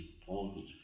important